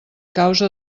causa